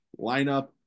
lineup